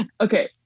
okay